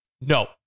No